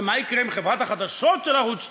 ומה יקרה עם חברת החדשות של ערוץ 2,